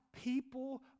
people